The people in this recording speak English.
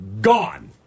Gone